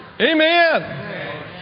Amen